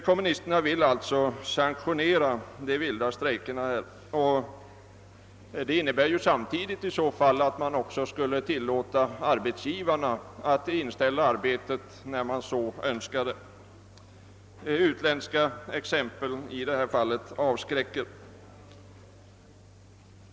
Kommunisterna vill alltså sanktionera de vilda strejkerna. Det innebär i så fall att man också skulle tillåta arbetsgivarna att inställa arbetet när de så önskar. Utländska exempel avskräcker.